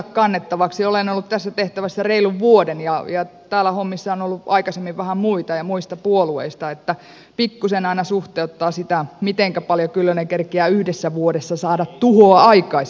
olen ollut tässä tehtävässä reilun vuoden ja täällä hommissa on ollut aikaisemmin vähän muita ja muista puolueista niin että pikkuisen aina suhteuttaa sitä mitenkä paljon kyllönen kerkiää yhdessä vuodessa saada tuhoa aikaiseksi